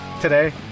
Today